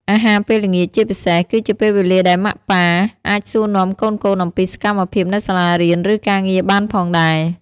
អាហារពេលល្ងាចជាពិសេស គឺជាពេលវេលាដែលម៉ាក់ប៉ាអាចសួរនាំកូនៗអំពីសកម្មភាពនៅសាលារៀន ឬការងារបានផងដែរ។